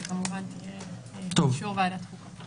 שתהיה כמובן באישור ועדת החוקה.